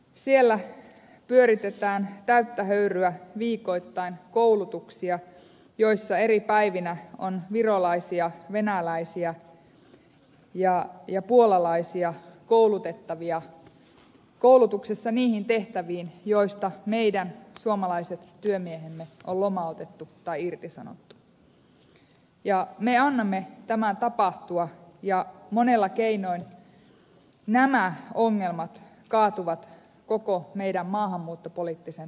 siellä pyöritetään täyttä höyryä viikoittain koulutuksia joissa eri päivinä on virolaisia venäläisiä ja puolalaisia koulutettavia koulutuksessa niihin tehtäviin joista meidän suomalaiset työmiehemme on lomautettu tai irtisanottu ja me annamme tämän tapahtua ja monella keinoin nämä ongelmat kaatuvat koko meidän maahanmuuttopoliittisen keskustelumme päälle